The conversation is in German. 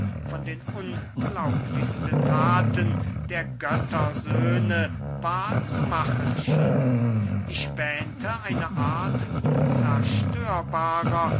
von den unglaublichsten thaten der göttersöhne wahr zu machen schien ich wähnte eine art unzerstörbarer